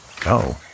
Go